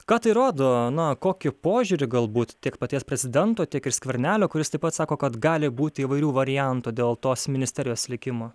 ką tai rodo na kokį požiūrį galbūt tiek paties prezidento tiek ir skvernelio kuris taip pat sako kad gali būti įvairių variantų dėl tos ministerijos likimo